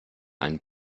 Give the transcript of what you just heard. einen